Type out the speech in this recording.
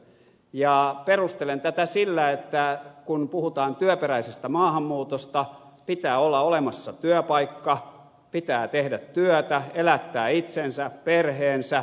ja perustelen tätä sillä että kun puhutaan työperäisestä maahanmuutosta pitää olla olemassa työpaikka pitää tehdä työtä elättää itsensä perheensä